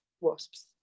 wasps